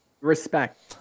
Respect